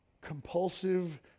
compulsive